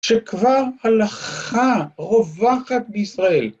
שכבר הלכה רווחת בישראל.